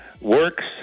works